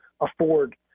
afford